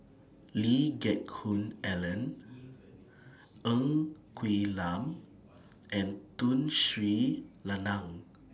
Lee Geck Hoon Ellen Ng Quee Lam and Tun Sri Lanang